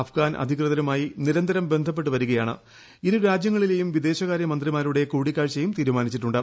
അഫ്ഗാൻ അധികൃതരുമായി നിരന്തരം ബന്ധപ്പെട്ടു വരികയാണ് ഇരുരാജ്യങ്ങളിലെയും വിദേശകാര്യ മന്ത്രിമാരുടെ കൂടിക്കാഴ്ചയും തീരുമാനിച്ചിട്ടുണ്ട്